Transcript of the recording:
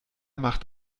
macht